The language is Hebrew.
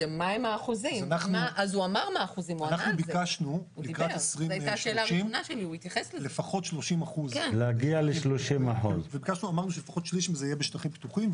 אנחנו ביקשנו לקראת 2030 לפחות 30%. אמרנו שלפחות שליש מזה יהיה בשטחים פתוחים,